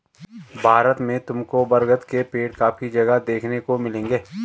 भारत में तुमको बरगद के पेड़ काफी जगह देखने को मिलेंगे